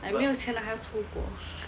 like 没有钱了还要出国